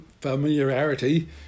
familiarity